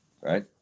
right